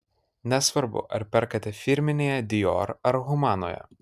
nesvarbu ar perkate firminėje dior ar humanoje